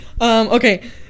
okay